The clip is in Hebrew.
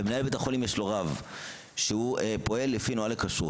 ולמנהלי בית החולים יש רב שפועל לפי נהלי כשרות.